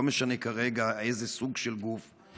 לא משנה כרגע איזה סוג של גוף,